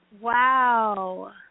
Wow